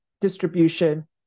distribution